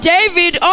David